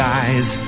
eyes